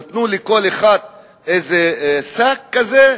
נתנו לכל אחת איזה שק כזה.